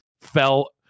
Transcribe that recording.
fell